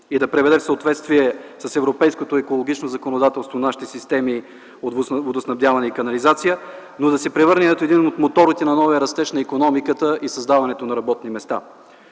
и да приведе в съответствие с европейското екологично законодателство нашите системи водоснабдяване и канализация, но да се превърне и в един от моторите на новия растеж на икономиката и създаването на работни места.